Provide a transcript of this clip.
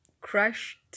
crushed